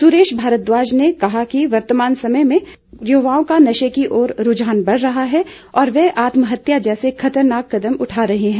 सुरेश भारद्वाज ने कहा कि वर्तमान समय में युवाओं का नशे की ओर रूझान बढ़ रहा है और वे आत्म हत्या जैसे खतरनाक कदम उठा रहे हैं